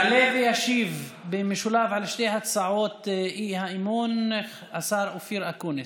יעלה וישיב במשולב על שתי הצעות האי-אמון השר אופיר אקוניס,